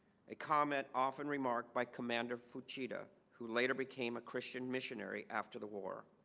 a comment often remarked by commander fujita who later became a christian missionary after the war